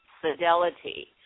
fidelity